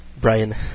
Brian